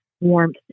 warmth